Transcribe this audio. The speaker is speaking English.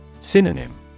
Synonym